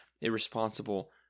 irresponsible